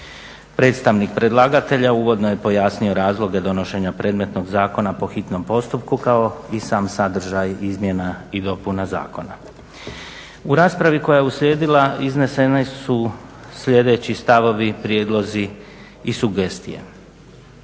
Predstavnik predlagatelja uvodno je pojasnio razloge donošenja predmetnog zakona po hitnom postupku kao i sam sadržaj izmjena i dopuna zakona. U raspravi koja je uslijedila izneseni su sljedeći stavovi, prijedlozi i sugestije.